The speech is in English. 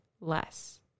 less